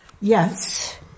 yes